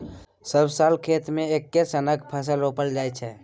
सब साल खेत मे एक्के सनक फसल रोपल जाइ छै